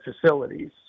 facilities